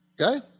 Okay